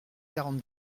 quarante